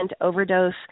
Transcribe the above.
overdose